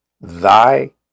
Thy